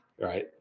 right